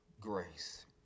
grace